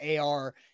AR